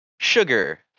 Sugar